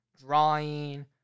drawing